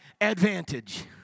advantage